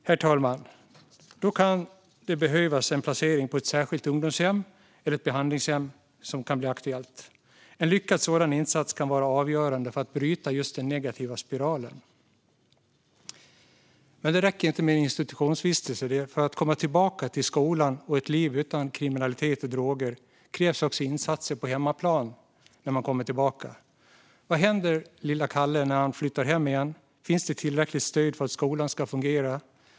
Då kan en placering på ett särskilt ungdomshem eller ett behandlingshem bli aktuell. En lyckad sådan insats kan vara avgörande för att bryta den negativa spiralen. Men det räcker inte med institutionsvistelser. För att komma tillbaka till skolan och ett liv utan kriminalitet och droger krävs också insatser på hemmaplan när man kommer tillbaka. Vad händer med lille Kalle när han flyttar hem igen? Finns det tillräckligt stöd för att skolan ska fungera?